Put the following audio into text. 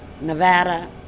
Nevada